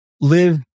live